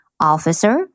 Officer